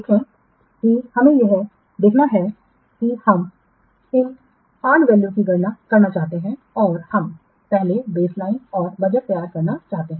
देखें कि हमें यह देखना है कि हम इन अर्न वैल्यू की गणना करना चाहते हैं और हम पहले बेसलाइन और बजट तैयार करना चाहते हैं